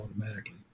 automatically